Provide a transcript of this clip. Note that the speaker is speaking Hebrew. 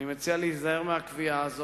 אני מציע להיזהר מהקביעה הזאת.